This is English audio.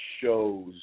shows